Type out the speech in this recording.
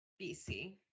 BC